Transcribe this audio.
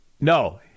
No